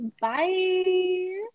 Bye